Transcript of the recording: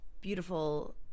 beautiful